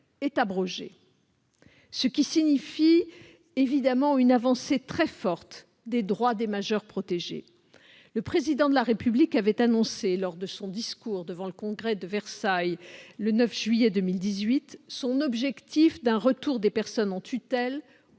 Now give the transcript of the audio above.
est abrogé, ce qui représente une avancée très forte des droits des majeurs protégés. Le Président de la République avait annoncé, lors de son discours devant le Congrès à Versailles, le 9 juillet 2018, son souhait de voir les personnes sous tutelle